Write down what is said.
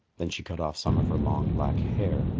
then she cut off some of her long black hair,